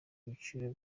ibiciro